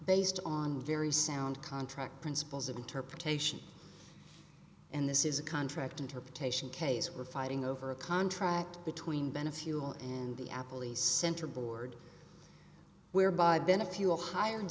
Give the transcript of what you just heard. based on very sound contract principles of interpretation and this is a contract interpretation case we're fighting over a contract between bene fuel and the apple east center board whereby been a fuel hir